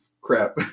crap